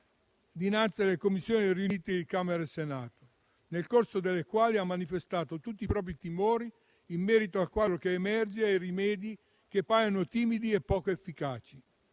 dinanzi alle Commissioni bilancio congiunte di Camera e Senato, nel corso delle quali ha manifestato tutti i propri timori in merito al quadro che emerge e ai rimedi che paiono timidi e poco efficaci.